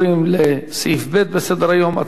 הצעת